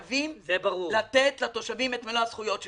חייבים לתת לתושבים את מלוא הזכויות שלהם.